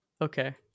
Okay